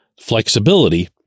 flexibility